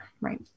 right